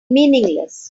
meaningless